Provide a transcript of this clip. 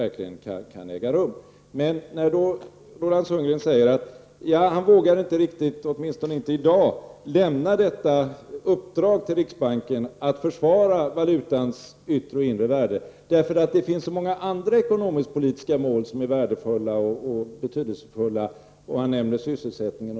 Roland Sundgren vågar inte riktigt, åtminstone inte i dag, lämna uppdraget till riksbanken att försvara valutans yttre och inre värde, därför att det finns så många andra ekonomisk-politiska mål som är betydelsefulla, och Roland Sundgren nämner sysselsättningen.